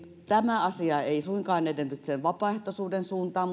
tämä asia ei suinkaan edennyt sen vapaaehtoisuuden suuntaan